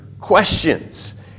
questions